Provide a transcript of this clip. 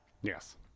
Yes